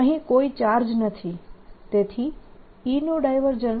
અહીં કોઈ ચાર્જ નથી તેથી E નું ડાયવર્જન્સ